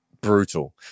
brutal